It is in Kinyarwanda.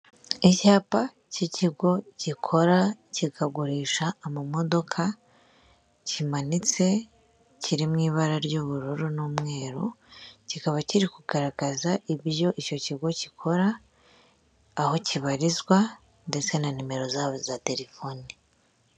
Icyapa cy'ikigo gikora kikagurisha amamodoka, kimanitse, kiri mu ibara ry'ubururu n'umweru, kikaba kiri kugaragaza ibyo icyo kigo gikora, aho kibarizwa, ndetse na numero zabo za telefoni.